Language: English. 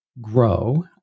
Grow